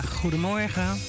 goedemorgen